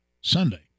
Sunday